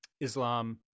islam